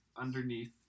underneath